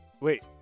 Wait